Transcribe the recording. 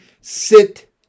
sit